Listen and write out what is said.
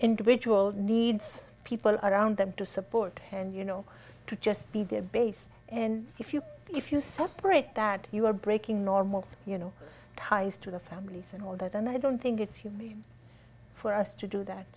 individual needs people around them to support and you know to just be their base and if you if you separate that you are breaking normal you know ties to the families and all that and i don't think it's you mean for us to do that